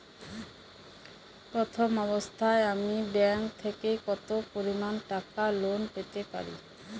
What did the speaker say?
প্রথম অবস্থায় আমি ব্যাংক থেকে কত পরিমান টাকা লোন পেতে পারি?